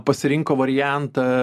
pasirinko variantą